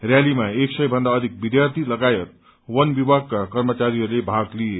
र्यालीमा एक सय भन्दा अधिक विध्यार्थी लगायत बन विभागका कर्मचारीहस्ले भाग लिए